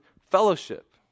fellowship